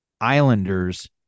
Islanders